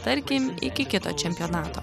tarkim iki kito čempionato